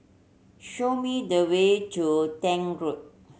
show me the way to Tank Road